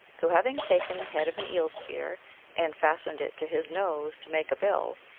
so having taken the head of an eel-spear and fastened it to his nose to make a bill,